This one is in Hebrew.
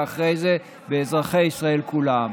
ואחרי זה באזרחי ישראל כולם.